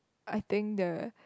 I think the